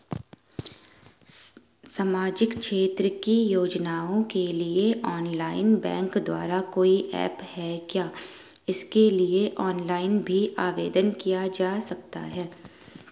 सामाजिक क्षेत्र की योजनाओं के लिए ऑनलाइन बैंक द्वारा कोई ऐप है क्या इसके लिए ऑनलाइन भी आवेदन किया जा सकता है?